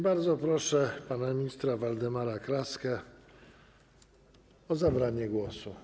Bardzo proszę pana ministra Waldemara Kraskę o zabranie głosu.